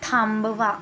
थांबवा